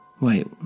Wait